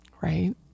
Right